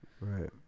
Right